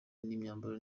imyambaro